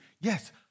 Yes